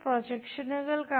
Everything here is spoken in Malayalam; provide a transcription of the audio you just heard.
നമ്മൾ പ്രൊജക്ഷനുകൾ